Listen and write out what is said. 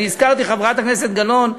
אני, חברת הכנסת גלאון,